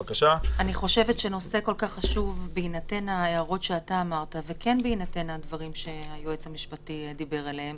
בהינתן ההערות שאתה העלית ובהינתן הדברים שהיועץ המשפטי דיבר עליהם